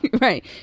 Right